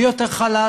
מי יותר חלש